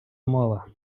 мова